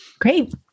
Great